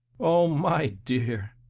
oh, my dear,